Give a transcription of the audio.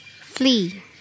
Flee